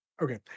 Okay